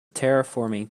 terraforming